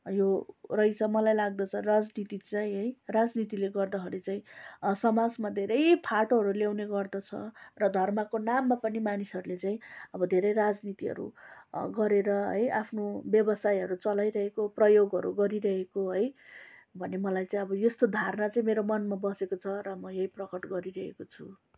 यो रहेस मलाई लाग्दछ राजनीति चाहिँ है राजनीतिले गर्दाखरि चाहिँ समाजमा धेरै फाटोहरू ल्याउने गर्दछ र धर्मको नाममा पनि मानिसहरूले चाहिँ अब धेरै राजनीतिहरू गरेर है आफ्नो व्यवसायहरू चलाइरहेको प्रयोगहरू गरिरहेको है भन्ने मलाई चाहिँ अब यस्तो धारणा चाहिँ मेरो मनमा बसेको छ र म यही प्रकट गरिरहेको छु